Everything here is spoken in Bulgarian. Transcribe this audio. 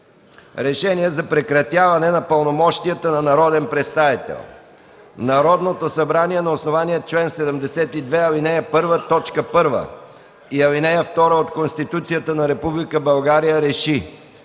„РЕШЕНИЕ за прекратяване на пълномощията на народен представител Народното събрание на основание чл. 72, ал. 1, т. 1 и ал. 2 от Конституцията на Република България РЕШИ: